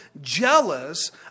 jealous